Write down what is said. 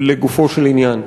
לגופו של עניין.